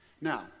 Now